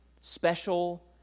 special